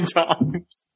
times